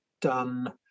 done